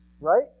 right